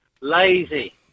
lazy